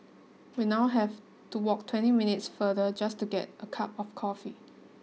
we now have to walk twenty minutes farther just to get a cup of coffee